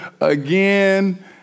again